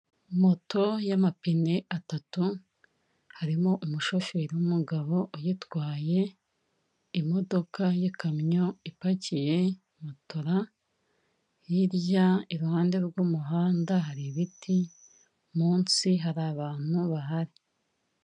Moto y'amapine atatu, harimo umushoferi w'umugabo uyitwaye, imodoka y'ikamyo ipakiye motora, hirya iruhande rw'umuhanda hari ibiti, munsi hari abantu bahari.